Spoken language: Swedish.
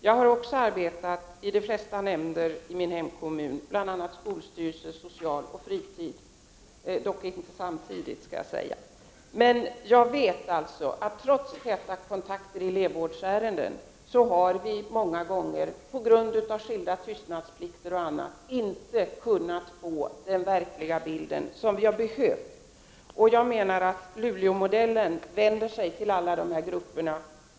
Jag har också arbetat inom de flesta nämnder i min hemkommun, bl.a. — dock inte samtidigt — i skolstyrelsen, socialnämnden och fritidsnämnden. Jag vet att vi många gånger, trots täta kontakter i elevvårdsärenden, inte kunnat få den verkliga bild som vi har behövt på grund av tystnadsplikter och annat. Luleåmodellen vänder sig till alla dessa grupper.